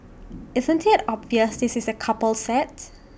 isn't IT obvious this is A couple set